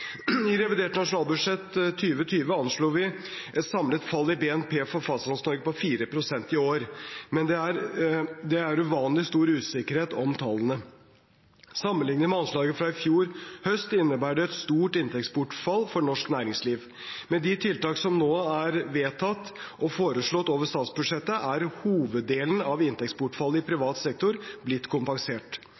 I revidert nasjonalbudsjett 2020 anslo vi et samlet fall i BNP for Fastlands-Norge på 4 pst. i år, men det er uvanlig stor usikkerhet om tallene. Sammenlignet med anslagene fra i fjor høst innebærer det et stort inntektsbortfall for norsk næringsliv. Med de tiltak som nå er vedtatt og foreslått over statsbudsjettet, er hoveddelen av inntektsbortfallet i privat sektor blitt kompensert.